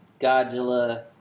Godzilla